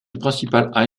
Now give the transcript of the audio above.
principal